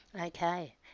Okay